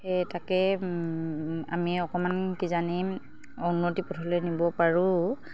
সেই তাকে আমি অকণমান কিজানি উন্নতি পথলৈ নিব পাৰোঁ